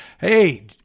Hey